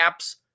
apps